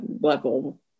level